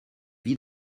vit